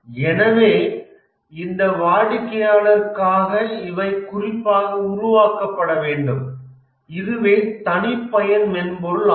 எனவே இந்த வாடிக்கையாளருக்காக இவை குறிப்பாக உருவாக்கப்பட வேண்டும் இதுவே தனிப்பயன் மென்பொருள் ஆகும்